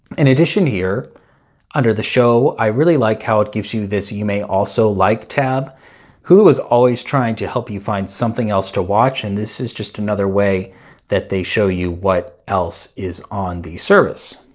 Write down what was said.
in addition here under the show i really like how it gives you this you may also like tab who is always trying to help you find something else to watch and this is just another way that they show you what else is on the service